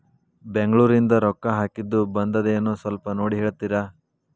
ಬೆಂಗ್ಳೂರಿಂದ ರೊಕ್ಕ ಹಾಕ್ಕಿದ್ದು ಬಂದದೇನೊ ಸ್ವಲ್ಪ ನೋಡಿ ಹೇಳ್ತೇರ?